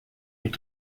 mit